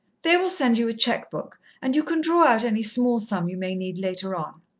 they will send you a cheque-book, and you can draw out any small sum you may need later on.